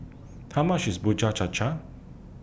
How much IS Bubur Cha Cha